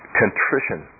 contrition